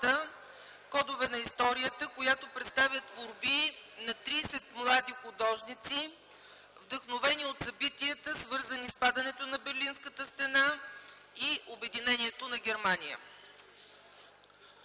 „Кодове на историята”, която представя творби на тридесет млади художници, вдъхновени от събитията, свързани с падането на Берлинската стена и обединението на Германия.